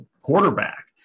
quarterback